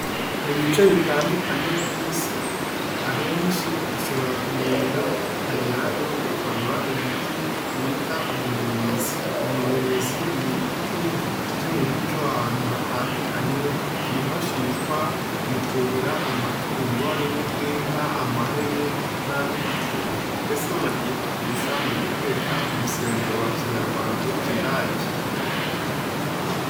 Mu bice bitandukanye by'isi, ahenshi ushobora kugenda ukagerayo ukaburayo igiti bita umubiri. Umubirizi ni igiti cyo mu muco w'ahantu hatandukanye kifashishwa mu kuhira amatungo harimo nk'inka, amahene n'andi matungo ndetse banakifashisha mu guteka umusemburo wa kinyarwanda w'ikigage.